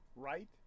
right